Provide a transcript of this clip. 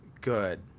good